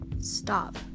Stop